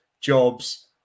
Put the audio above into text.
jobs